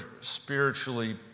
spiritually